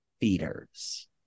feeders